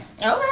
Okay